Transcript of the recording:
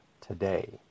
today